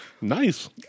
Nice